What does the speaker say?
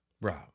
Rob